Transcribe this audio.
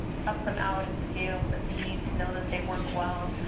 test them out at scales that we need to know that they work well,